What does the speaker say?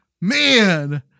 man